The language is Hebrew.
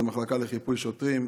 זו מחלקה לחיפוי שוטרים,